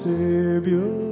Savior